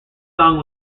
song